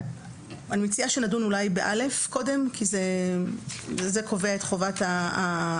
אני מציעה שנדון קודם סעיף (א) כי זה קובע את חובת ההצגה